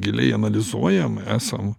giliai analizuojam esam